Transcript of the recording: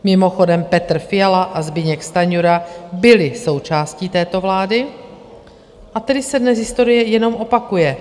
Mimochodem, Petr Fiala a Zbyněk Stanjura byli součástí této vlády, a tedy se dnes historie jenom opakuje.